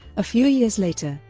a few years later,